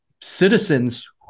citizens